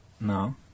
No